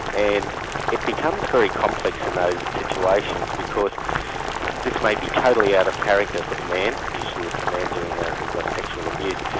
and it becomes very complex in those situations because this may be totally out of character for the man usually it's a man doing like ah sexual abuse,